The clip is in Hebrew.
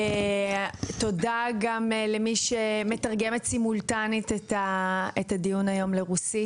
תודה גם למי שמתרגמת סימולטנית את הדיון לרוסית,